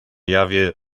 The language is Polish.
jawie